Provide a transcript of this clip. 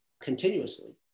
continuously